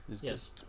Yes